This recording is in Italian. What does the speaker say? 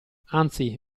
anzi